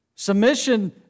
Submission